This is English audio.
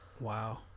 Wow